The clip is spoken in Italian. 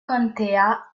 contea